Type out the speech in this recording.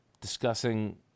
discussing